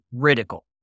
critical